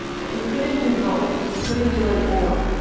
but we couldn't do both. we couldn't do an or,